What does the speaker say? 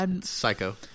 Psycho